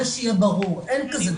שיהיה ברור, אין כזה דבר.